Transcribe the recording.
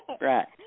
Right